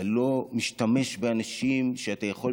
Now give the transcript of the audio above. אתה לא משתמש באנשים שאתה יכול,